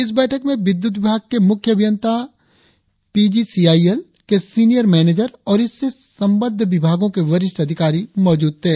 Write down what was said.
इस बैठक में विद्युत विभाग के मुख्य अभियंता P G C I L के सीनियर मेनेजर और इसे संबद्ध विभागों के वरिष्ठ अधिकारी मौजूद थे